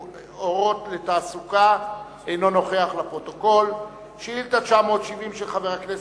המסחר והתעסוקה ביום כ"ח באייר התש"ע (12 במאי 2010): כמה בתי-עסק,